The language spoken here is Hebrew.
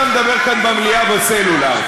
אתה מדבר כאן במליאה בסלולר.